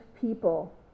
people